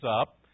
up